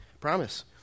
promise